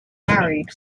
married